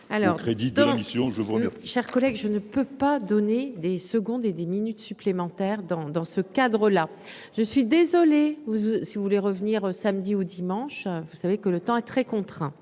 dire. Chers collègues, je ne peux pas donner des secondes et des minutes supplémentaires dans dans ce cadre là, je suis désolé, vous, si vous voulez revenir samedi ou dimanche, vous savez que le temps est très contraint